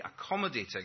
accommodating